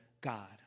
God